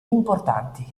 importanti